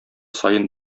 саен